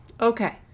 Okay